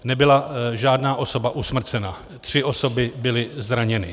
Nebyla žádná osoba usmrcena, tři osoby byly zraněny.